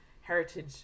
heritage